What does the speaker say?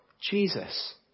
Jesus